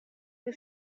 che